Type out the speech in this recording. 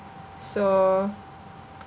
so